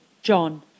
John